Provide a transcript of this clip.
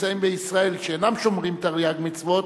הנמצאים בישראל, שאינם שומרים תרי"ג מצוות,